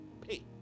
pay